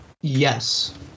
Yes